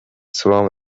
swam